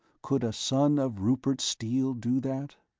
could a son of rupert steele do that?